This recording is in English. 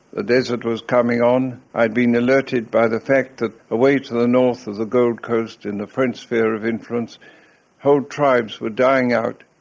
the desert was coming on. i had been alerted by the fact that away to the north of the gold coast in the french sphere of influence whole tribes were dying out,